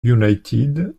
united